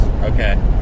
Okay